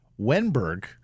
Wenberg